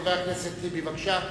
חבר הכנסת טיבי, בבקשה.